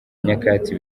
nyakatsi